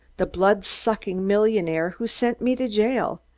the blood-sucking millionaire who sent me to jail.